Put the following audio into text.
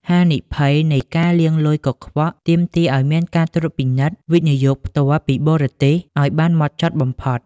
ហានិភ័យនៃ "ការលាងលុយកខ្វក់" ទាមទារឱ្យមានការត្រួតពិនិត្យ វិនិយោគផ្ទាល់ពីបរទេស ឱ្យបានហ្មត់ចត់បំផុត។